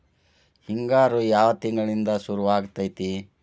ಹಿಂಗಾರು ಯಾವ ತಿಂಗಳಿನಿಂದ ಶುರುವಾಗತೈತಿ?